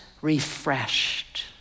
refreshed